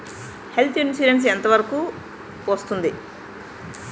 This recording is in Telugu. హెల్త్ ఇన్సురెన్స్ ఎంత వరకు వస్తుంది?